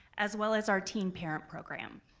as well as our teen parent program.